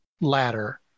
ladder